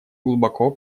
глубоко